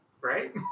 right